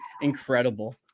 incredible